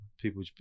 people